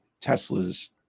Tesla's